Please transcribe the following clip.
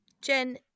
Jen